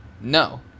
No